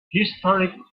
historic